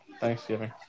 Thanksgiving